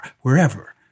wherever